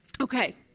Okay